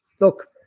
Look